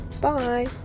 Bye